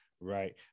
right